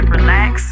Relax